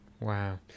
wow